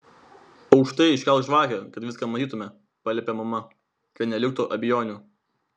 aukštai iškelk žvakę kad viską matytumėme paliepė mama kad neliktų abejonių